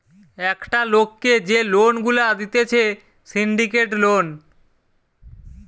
একটা লোককে যে লোন গুলা দিতেছে সিন্ডিকেট লোন